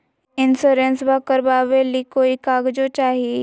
इंसोरेंसबा करबा बे ली कोई कागजों चाही?